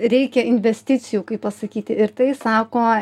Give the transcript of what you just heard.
reikia investicijų kaip pasakyti ir tai sako